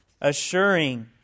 Assuring